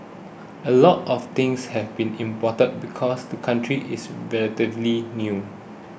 a lot of things have been imported because the country is relatively new